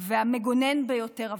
והמגונן ביותר עבורן.